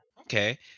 Okay